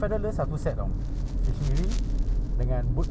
betul kau dah pernah pergi kedai fishing yang dekat changi